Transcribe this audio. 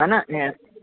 है न